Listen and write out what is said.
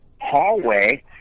hallway